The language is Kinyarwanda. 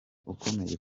ukomeye